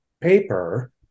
paper